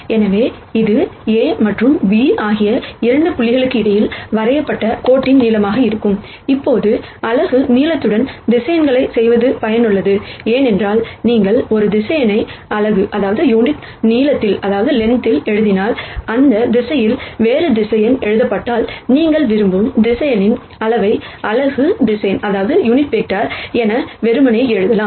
எனவே இது A மற்றும் B ஆகிய 2 புள்ளிகளுக்கு இடையில் வரையப்பட்ட கோட்டின் நீளமாக இருக்கும் இப்போது யூனிட் நீளத்துடன் வெக்டர் செய்வது பயனுள்ளது ஏனென்றால் நீங்கள் ஒரு வெக்டர் யூனிட் நீளத்தில் எழுதினால் அந்த திசையில் வேறு எழுதப்பட்டால் நீங்கள் விரும்பும் வெக்டர் அளவை யூனிட் வெக்டர் என வெறுமனே எழுதலாம்